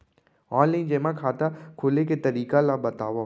Online जेमा खाता खोले के तरीका ल बतावव?